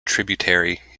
tributary